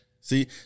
See